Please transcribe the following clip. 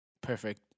perfect